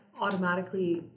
automatically